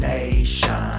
Nation